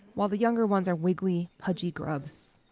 while the younger ones are wiggly, pudgy grubs.